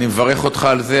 אני מברך אותך על זה,